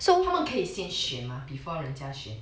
他们可以先选吗 before 人家选